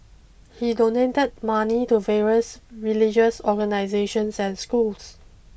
he donated money to various religious organisations and schools